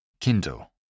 Kindle